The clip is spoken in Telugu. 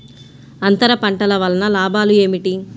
అంతర పంటల వలన లాభాలు ఏమిటి?